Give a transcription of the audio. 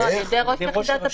לא, על ידי ראש יחידת הפיקוח.